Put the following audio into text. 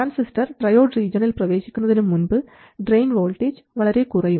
transistor triode റീജിയണിൽ പ്രവേശിക്കുന്നതിന് മുൻപ് ഡ്രയിൻ വോൾട്ടേജ് വളരെ കുറയും